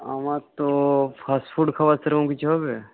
আমার তো fast food খাবার ছাড়া এরকম কিছু হবে